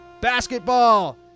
basketball